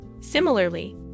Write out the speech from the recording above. Similarly